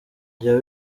jya